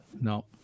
No